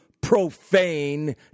profane